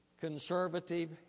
Conservative